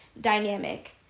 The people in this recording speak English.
dynamic